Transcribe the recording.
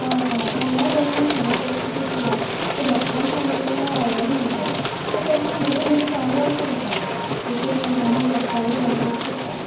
होय होय तेन्नाय बरो नाशिल्लो टेस्ट बी केलां पूण डाॅक्टरान सांगिल्लें तेन्ना वायरल म्हण तें तो तसोच मदीं मदीं चालू आसता तेका एक एक म्हयन्यानी डाॅक्टरागेर व्हरचेंच पडटा